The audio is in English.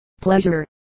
pleasure